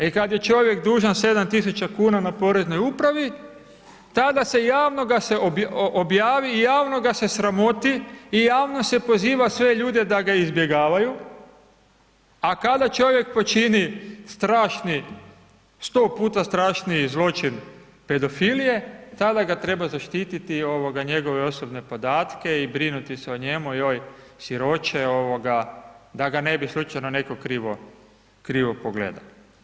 E kad je čovjek dužan 7 tisuća kuna na poreznoj upravi tada se, javno ga se objavi i javno ga se sramoti i javno se poziva sve ljude da ga izbjegavaju a kada čovjek počini strašni, 100x strašniji zločin pedofilije tada ga treba zaštiti, njegove osobne podatke i brinuti se o njemu, joj siroče, da ga ne bi netko slučajno krivo pogledao.